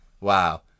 Wow